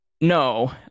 no